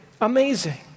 amazing